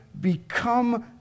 become